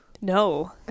No